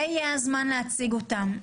זה יהיה הזמן להציג אותם.